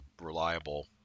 reliable